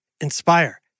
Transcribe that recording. Inspire